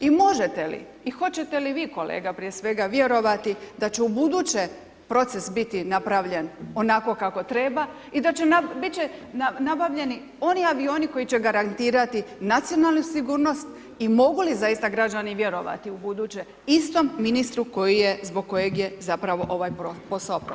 I možete li i hoćete li kolega prije svega vjerovati da će ubuduće proces biti napravljen onako kako treba i biti će nabavljeni oni avioni, koji će garantirati nacionalnu sigurnost i mogu li zaista građani vjerovati ubuduće istom ministru zbog kojeg je zapravo ovaj posao propao?